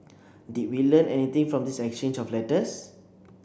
did we learn anything from this exchange of letters